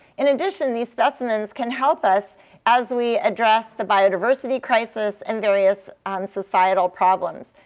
in addition, these specimens can help us as we address the biodiversity crisis and various um societal problems.